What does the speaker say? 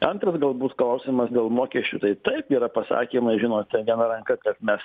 antras gal bus klausimas dėl mokesčių tai taip yra pasakymas žinote viena ranka kad mes